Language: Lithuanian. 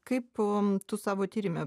kaip tu savo tyrime